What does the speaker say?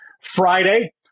Friday